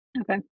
Okay